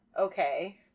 Okay